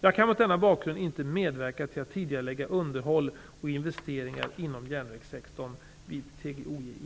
Jag kan mot denna bakgrund inte medverka till att tidigarelägga underhåll och investeringar inom järnvägssektorn vid TGOJ i